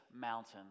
mountain